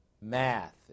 Math